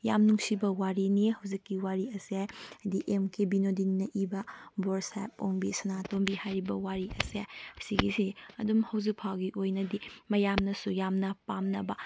ꯌꯥꯝ ꯅꯨꯡꯁꯤꯕ ꯋꯥꯔꯤꯅꯤ ꯍꯧꯖꯤꯛꯀꯤ ꯋꯥꯔꯤ ꯑꯁꯦ ꯍꯥꯏꯕꯗꯤ ꯑꯦꯝ ꯀꯦ ꯕꯤꯅꯣꯗꯤꯅꯤꯅ ꯏꯕ ꯕꯣꯔ ꯁꯥꯍꯦꯕ ꯑꯣꯡꯕꯤ ꯁꯅꯥꯇꯣꯝꯕꯤ ꯍꯥꯏꯔꯤꯕ ꯋꯥꯔꯤ ꯑꯁꯦ ꯑꯁꯤꯒꯤꯁꯤ ꯑꯗꯨꯝ ꯍꯧꯖꯤꯛ ꯐꯥꯎꯒꯤ ꯑꯣꯏꯅꯗꯤ ꯃꯌꯥꯝꯅꯁꯨ ꯌꯥꯝꯅ ꯄꯥꯝꯅꯕ